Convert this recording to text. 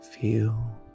Feel